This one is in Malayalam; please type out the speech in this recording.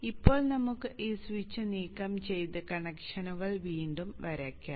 ഇപ്പോൾ നമുക്ക് ഈ സ്വിച്ച് നീക്കംചെയ്ത് കണക്ഷനുകൾ വീണ്ടും വരയ്ക്കാം